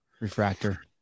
refractor